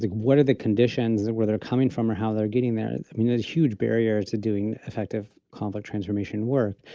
like what are the conditions where they're coming from, or how they're getting there. i mean, there's a huge barrier to doing effective conflict transformation work,